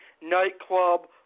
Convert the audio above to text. Nightclub